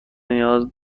نیاز